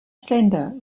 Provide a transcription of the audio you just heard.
slender